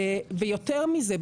ויותר מזה,